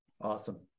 Awesome